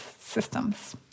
systems